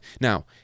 Now